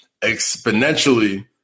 exponentially